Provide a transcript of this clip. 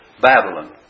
Babylon